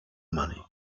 money